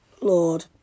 Lord